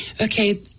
Okay